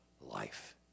life